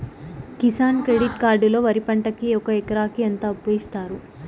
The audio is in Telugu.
కిసాన్ క్రెడిట్ కార్డు లో వరి పంటకి ఒక ఎకరాకి ఎంత అప్పు ఇస్తారు?